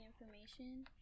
information